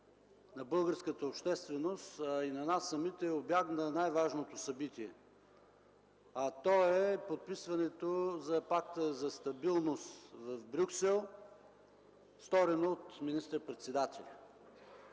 на българската общественост и на нас самите убягна най-важното събитие, а то е подписването на Пакта за стабилност в Брюксел, сторено от министър-председателя.